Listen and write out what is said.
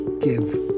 give